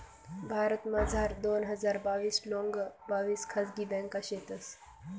भारतमझार दोन हजार बाविस लोंग बाविस खाजगी ब्यांका शेतंस